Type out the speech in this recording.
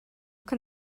can